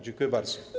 Dziękuję bardzo.